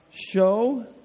show